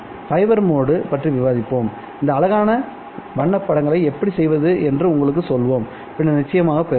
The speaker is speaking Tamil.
ஃபைபர் மோடு பற்றி விவாதிப்போம் இந்த அழகான வண்ண படங்களை எப்படி செய்வது என்று உங்களுக்குச் சொல்வோம் பின்னர் நிச்சயமாகப் பெறுங்கள்